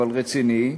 אבל רציני.